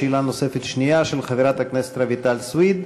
שאלה נוספת שנייה, של חברת הכנסת רויטל סויד.